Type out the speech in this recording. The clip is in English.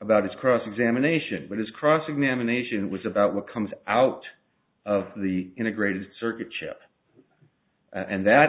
about his cross examination but his cross examination was about what comes out of the integrated circuit chip and that